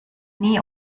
nie